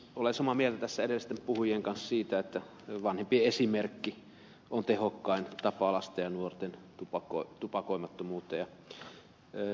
olen samaa mieltä tässä edellisten puhujien kanssa siitä että vanhempien esimerkki on tehokkain tapa ohjata lapsia ja nuoria tupakoimattomuuteen